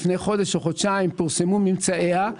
פורסמו ממצאי הוועדה.